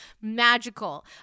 magical